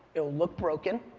it will look broken,